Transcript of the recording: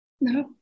No